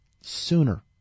sooner